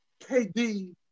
KD